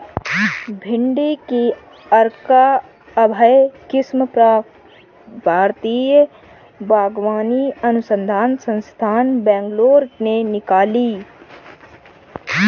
भिंडी की अर्का अभय किस्म भारतीय बागवानी अनुसंधान संस्थान, बैंगलोर ने निकाली